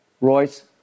Royce